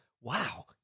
wow